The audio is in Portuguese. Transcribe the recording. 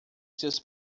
seus